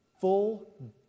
full